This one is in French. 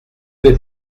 n’est